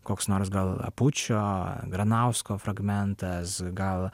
koks nors gal apučio granausko fragmentas gal